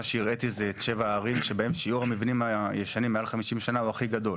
מה שהראיתי הוא שבע הערים שבהן שיעור המבנים הישנים הוא הכי גדול.